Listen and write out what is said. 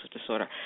disorder